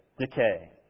decay